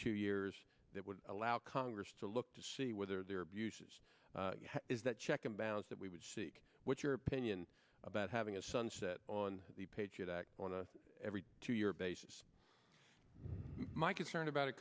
two years that would allow congress to look to see whether there are abuses is that check and balance that we would seek what's your opinion about having a sunset on the patriot act on a every two year basis my concern about